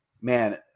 man